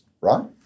right